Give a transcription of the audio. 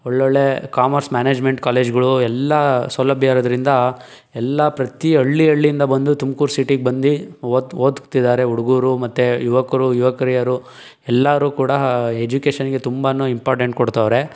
ಒಳ್ಳೊಳ್ಳೆ commerce management ಕಾಲೇಜ್ಗಳು ಎಲ್ಲ ಸೌಲಭ್ಯ ಇರೋದ್ರಿಂದ ಎಲ್ಲ ಪ್ರತಿ ಹಳ್ಳಿ ಹಳ್ಳಿಯಿಂದ ಬಂದು ತುಮಕೂರು ಸಿಟಿಗೆ ಬಂದು ಓದು ಓದ್ತಿದ್ದಾರೆ ಹುಡುಗರು ಮತ್ತು ಯುವಕರು ಯುವಕರಿಯರು ಎಲ್ಲರು ಕೂಡ ಎಜುಕೇಶನ್ಗೆ ತುಂಬ ಇಂಪಾರ್ಟೆಂಟ್ ಕೊಡ್ತವ್ರೆ